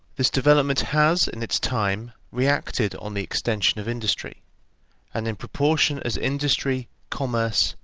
this development has, in its time, reacted on the extension of industry and in proportion as industry, commerce,